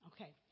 Okay